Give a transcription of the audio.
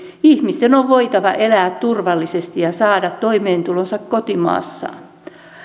ihmisten on voitava elää turvallisesti ja saada toimeentulonsa kotimaassaan